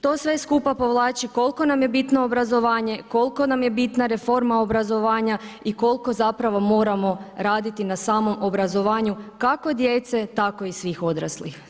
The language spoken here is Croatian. To sve skupa povlači koliko nam je bitno obrazovanje, koliko nam je bitna reforma obrazovanja i koliko zapravo moramo raditi na samom obrazovanju, kako djece, tako i svih odraslih.